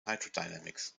hydrodynamics